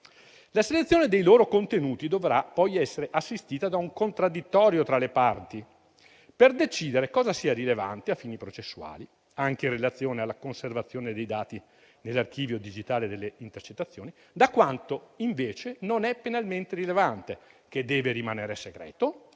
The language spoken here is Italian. La selezione dei loro contenuti dovrà poi essere assistita da un contraddittorio tra le parti per decidere cosa sia rilevante a fini processuali, anche in relazione alla conservazione dei dati nell'archivio digitale delle intercettazioni, e cosa invece non è penalmente rilevante, deve rimanere segreto,